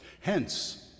Hence